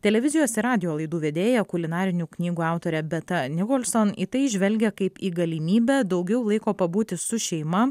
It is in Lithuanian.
televizijos ir radijo laidų vedėja kulinarinių knygų autorė beata nicholson į tai žvelgia kaip į galimybę daugiau laiko pabūti su šeima